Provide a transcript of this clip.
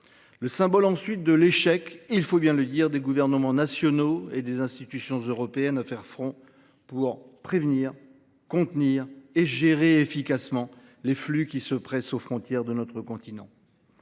le symbole, ensuite, de l’échec des gouvernements nationaux et des institutions européennes à faire front pour prévenir, contenir et gérer efficacement les flux qui se pressent aux frontières de notre continent.